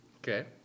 Okay